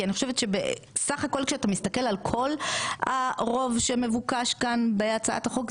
כי אני חושבת שבסך הכל כשאתה מסתכל על כל הרוב שמבוקש כאן בהצעת החוק,